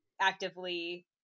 actively